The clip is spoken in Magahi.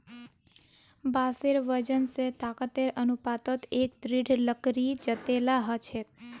बांसेर वजन स ताकतेर अनुपातत एक दृढ़ लकड़ी जतेला ह छेक